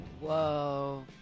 Whoa